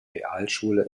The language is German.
realschule